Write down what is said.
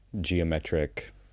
geometric